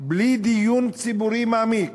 בלי דיון ציבורי מעמיק,